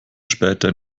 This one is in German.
später